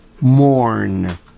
mourn